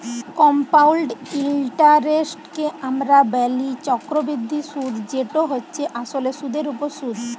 compound ইলটারেস্টকে আমরা ব্যলি চক্করবৃদ্ধি সুদ যেট হছে আসলে সুদের উপর সুদ